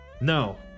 No